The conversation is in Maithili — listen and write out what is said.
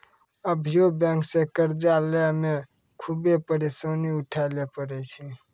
अभियो बेंक से कर्जा लेय मे खुभे परेसानी उठाय ले परै छै